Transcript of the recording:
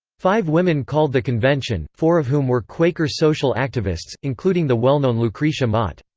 five women called the convention, four of whom were quaker social activists, including the well-known lucretia mott.